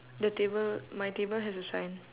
the table my table has a sign